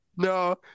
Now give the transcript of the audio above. No